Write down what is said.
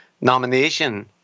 nomination